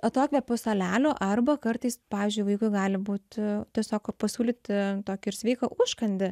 atokvėpių salelių arba kartais pavyzdžiui vaikui gali būti tiesiog pasiūlyti tokį ir sveiką užkandį